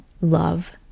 love